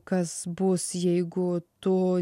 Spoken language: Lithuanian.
kas bus jeigu tu